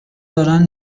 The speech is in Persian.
دارن